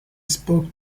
spoke